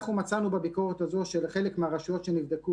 מצאנו בביקורת הזאת שחלק מהרשויות שנבדקו,